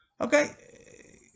Okay